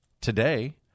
today